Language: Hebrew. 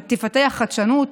תפתח חדשנות,